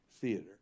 theater